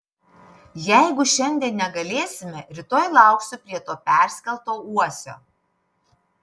jeigu šiandien negalėsime rytoj lauksiu prie to perskelto uosio